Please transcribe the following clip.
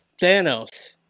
Thanos